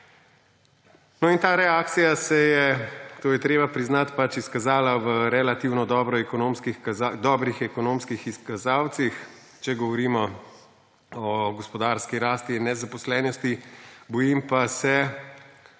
Ta reakcija se je, to je treba priznati, pač izkazala v relativno dobrih ekonomskih kazalcih, če govorimo o gospodarski rasti in nezaposlenosti, bojim pa se,